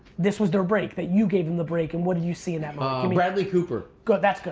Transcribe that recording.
this was their break that you gave him the break and what do you see in that moment bradley cooper. good, that's good,